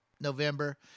November